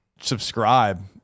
subscribe